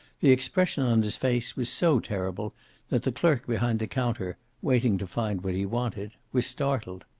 the expression on his face was so terrible that the clerk behind the counter, waiting to find what he wanted, was startled.